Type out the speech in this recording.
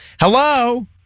Hello